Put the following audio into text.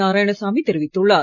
நாராயணசாமி தெரிவித்துள்ளார்